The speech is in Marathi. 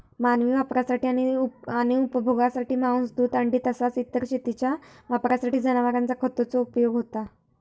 मानवी वापरासाठी आणि उपभोगासाठी मांस, दूध, अंडी तसाच इतर शेतीच्या वापरासाठी जनावरांचा खताचो उपयोग होता